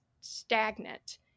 stagnant